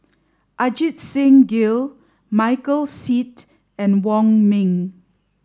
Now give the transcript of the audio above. Ajit Singh Gill Michael Seet and Wong Ming